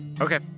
Okay